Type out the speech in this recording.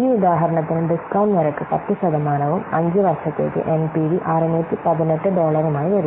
ഈ ഉദാഹരണത്തിന് ഡിസ്കൌണ്ട് നിരക്ക് 10 ശതമാനവും 5 വർഷത്തേക്ക് എൻപിവി 618 ഡോളറുമായി വരുന്നു